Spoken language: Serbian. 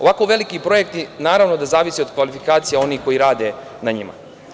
Ovako veliki projekti naravno da zavise od kvalifikacija onih koji rade na njima.